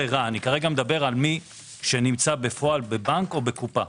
כרגע מדבר על מי שנמצא בפועל בבנק או בקופה.